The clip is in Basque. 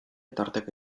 tarteka